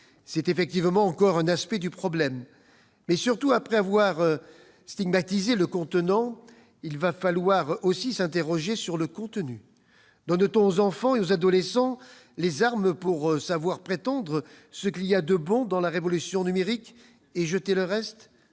C'est effectivement encore un aspect du problème, mais, surtout, après avoir stigmatisé le contenant, il va aussi falloir s'interroger sur le contenu. Donne-t-on aux enfants et aux adolescents les armes pour savoir prendre ce qu'il y a de bon dans la révolution numérique et jeter le reste ?